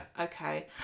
Okay